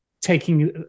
taking